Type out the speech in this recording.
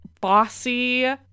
bossy